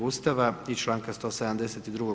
Ustava i članka 172.